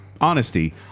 honesty